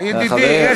חצי דקה.